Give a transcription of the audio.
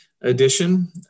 edition